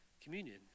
communion